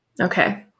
Okay